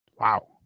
Wow